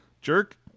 Jerk